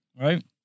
Right